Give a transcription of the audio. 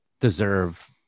deserve